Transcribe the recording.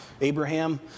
Abraham